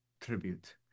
tribute